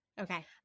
Okay